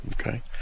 Okay